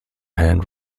hand